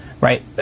Right